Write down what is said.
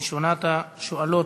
ראשונת השואלים,